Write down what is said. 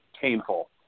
painful